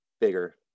bigger